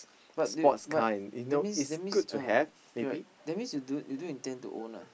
but they but that means that means uh right that means you don't you don't intend to own lah